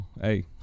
Hey